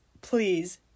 please